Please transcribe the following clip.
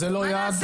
זה לא יעד.